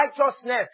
righteousness